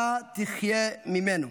אתה תחיה ממנו".